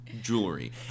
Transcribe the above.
jewelry